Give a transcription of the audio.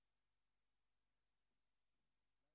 לילה